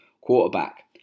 quarterback